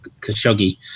Khashoggi